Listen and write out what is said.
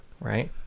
right